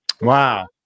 Wow